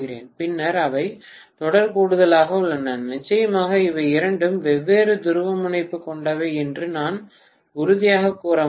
பின்னர் அவை தொடர் கூடுதலாக உள்ளன நிச்சயமாக இவை இரண்டும் வெவ்வேறு துருவமுனைப்பு கொண்டவை என்று நான் உறுதியாகக் கூற முடியும்